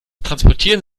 transportieren